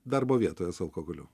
darbo vietoje su alkoholiu